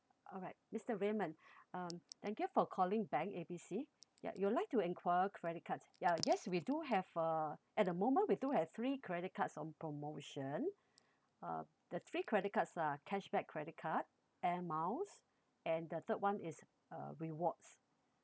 alright mister raymond um thank you for calling bank A B C ya you would like to enquire credit cards ya yes we do have uh at the moment we do have three credit cards on promotion uh the three credit cards are cashback credit card air miles and the third one is uh rewards